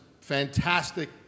fantastic